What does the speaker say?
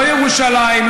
לא ירושלים,